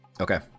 Okay